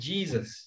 Jesus